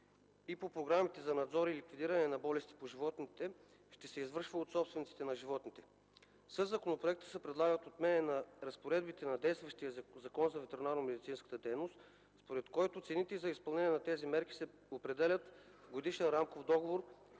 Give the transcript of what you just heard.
и по програмите за надзор и ликвидиране на болести по животните ще се извършва от собствениците на животните. Със законопроекта се предлага отменяне на разпоредбите на действащия Закон за ветеринарномедицинската дейност, според който цените за изпълнението на тези мерки се определят в годишен рамков договор,